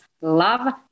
love